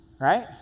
Right